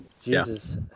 Jesus